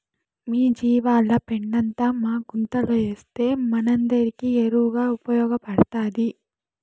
మీ జీవాల పెండంతా మా గుంతలేస్తే మనందరికీ ఎరువుగా ఉపయోగపడతాది